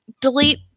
delete